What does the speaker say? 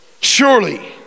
surely